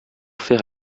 faire